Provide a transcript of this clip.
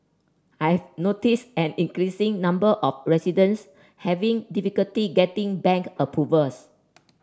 I've noticed an increasing number of residents having difficulty getting bank approvals